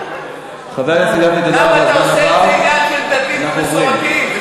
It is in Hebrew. גפני, למה אתה עושה מזה עניין של דתיים ומסורתיים?